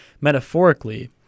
metaphorically